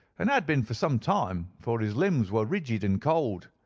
and had been for some time, for his limbs were rigid and cold.